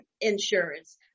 insurance